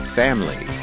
family